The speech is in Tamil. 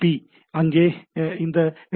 பி விற்கு இங்கே அந்த எச்